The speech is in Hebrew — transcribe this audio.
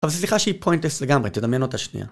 אבל שיחה שהיא פוינטלס לגמרי, תדמיין אותה שנייה